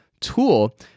tool